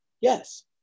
Yes